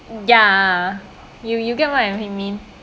ya you you get what I really mean